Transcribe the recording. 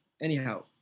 anyhow